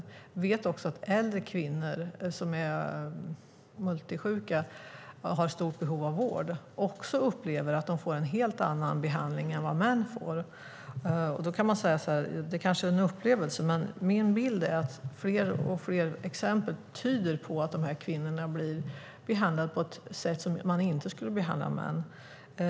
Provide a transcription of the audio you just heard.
Vi vet också att äldre kvinnor som är multisjuka och har ett stort behov av vård upplever att de får en helt annan behandling än vad män får. Man kan säga att det kanske är en upplevelse. Men min bild är att fler och fler exempel tyder på att dessa kvinnor blir behandlade på ett sätt som inte män skulle bli behandlade på.